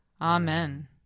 Amen